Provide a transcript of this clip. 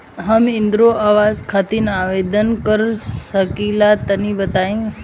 हम इंद्रा आवास खातिर आवेदन कर सकिला तनि बताई?